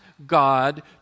God